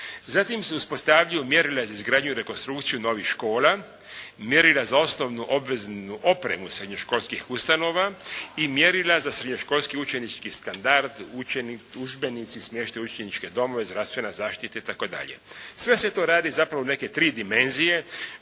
Zatim se uspostavljaju mjerila za izgradnju i rekonstrukciju novih škola, mjerila za osnovnu obveznu opremu srednjoškolskih ustanova i mjerila za srednjoškolski učenički standard, udžbenici, smještaj u učeničke domove, zdravstvena zaštita itd. Sve se to radi zapravo u neke tri dimenzije,